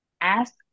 ask